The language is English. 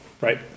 Right